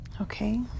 Okay